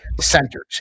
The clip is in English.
centers